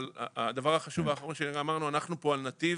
הדבר החשוב האחרון שאמרנו, אנחנו פה על נתיב